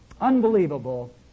Unbelievable